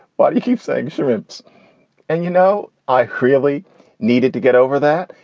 well, you keep saying shrimps and you know, i really needed to get over that.